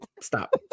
Stop